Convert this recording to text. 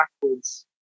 backwards